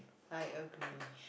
I agree